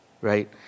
Right